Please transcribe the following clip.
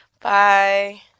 Bye